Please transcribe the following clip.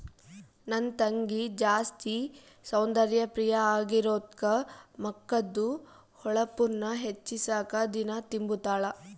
ನನ್ ತಂಗಿ ಜಾಸ್ತಿ ಸೌಂದರ್ಯ ಪ್ರಿಯೆ ಆಗಿರೋದ್ಕ ಮಕದ್ದು ಹೊಳಪುನ್ನ ಹೆಚ್ಚಿಸಾಕ ದಿನಾ ತಿಂಬುತಾಳ